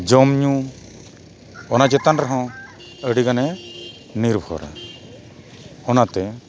ᱡᱚᱢ ᱧᱩ ᱚᱱᱟ ᱪᱮᱛᱟᱱ ᱨᱮᱦᱚᱸ ᱟᱹᱰᱤ ᱜᱟᱱᱮ ᱱᱤᱨᱵᱷᱚᱨᱟ ᱚᱱᱟᱛᱮ